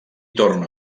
torna